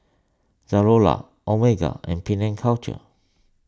Zalora Omega and Penang Culture